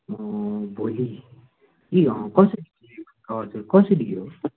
भोलि कि कसरी किलो छ हजुर कसरी किलो